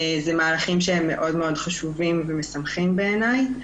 אלה מהלכים שהם מאוד מאד חשובים ומשמחים בעיניי.